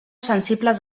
sensibles